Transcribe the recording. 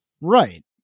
Right